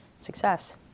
success